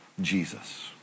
Jesus